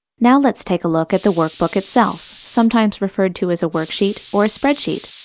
now let's take a look at the workbook itself sometimes referred to as a worksheet, or a spreadsheet.